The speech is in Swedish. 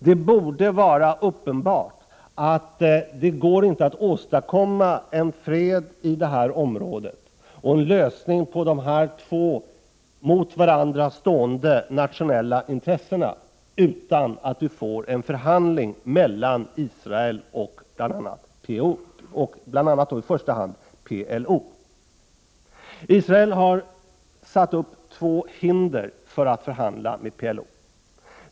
Det borde vara uppenbart att det inte går att åstadkomma en fred i det här området och en lösning på de här två, mot varandra stående nationella intressena utan att vi får en förhandling mellan Israel och i första hand PLO. Israel har satt upp två hinder i fråga om att förhandla med PLO.